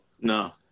No